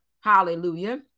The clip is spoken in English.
Hallelujah